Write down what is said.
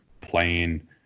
playing